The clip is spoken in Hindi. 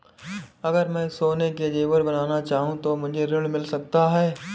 अगर मैं सोने के ज़ेवर बनाना चाहूं तो मुझे ऋण मिल सकता है?